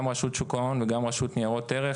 גם רשות שוק ההון וגם הרשות לניירות ערך,